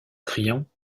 criant